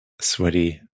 sweaty